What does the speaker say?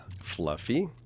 fluffy